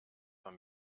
von